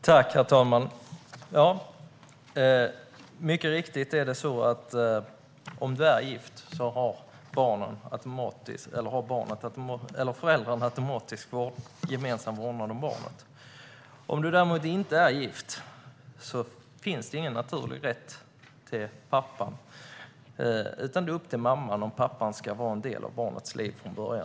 Herr talman! Mycket riktigt är det så att om föräldrarna är gifta har de automatiskt gemensam vårdnad om barnet. Om föräldrarna däremot inte är gifta finns det ingen naturlig rätt för pappan. Då är det upp till mamman huruvida pappan ska vara en del av barnets liv från början.